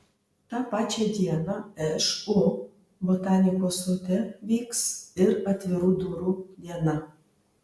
tą pačią dieną šu botanikos sode vyks ir atvirų durų diena